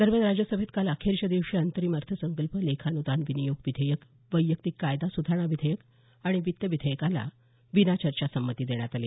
दरम्यान राज्यसभेत काल अखेरच्या दिवशी अंतरिम अर्थसंकल्प लेखाऩदान विनियोग विधेयक वैयक्तिक कायदा सुधारणा विधेयक आणि वित्त विधेयकाला विनाचर्चा संमती देण्यात आली